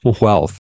wealth